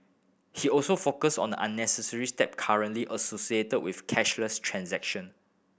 he also focused on the unnecessary step currently associated with cashless transaction